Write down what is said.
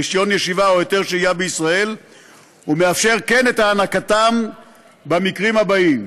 רישיון ישיבה או היתר שהייה בישראל ומאפשר את הענקתם במקרים הבאים: